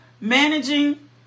managing